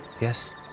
yes